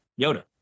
Yoda